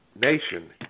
nation